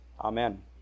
Amen